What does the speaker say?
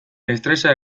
estresa